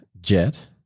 Jet